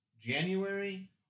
January